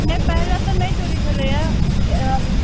नहि पहिले तऽ नहि चोरी भेलै यऽ